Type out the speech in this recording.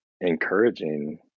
encouraging